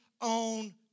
own